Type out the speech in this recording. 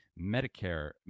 medicare